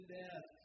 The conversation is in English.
death